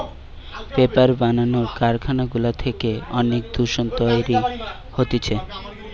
paper বানানো কারখানা গুলা থেকে অনেক দূষণ তৈরী হতিছে